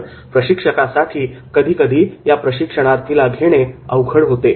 तर प्रशिक्षकासाठी कधीकधी या प्रशिक्षणार्थीला घेणे अवघड होते